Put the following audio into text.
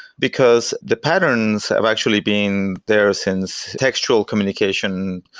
because the patterns have actually been there since textual communication,